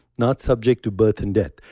not subject to birth and death.